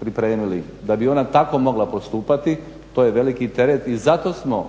pripremili da bi ona tako mogla postupati to je veliki teret. I zato smo,